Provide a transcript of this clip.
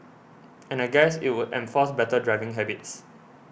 and I guess it would enforce better driving habits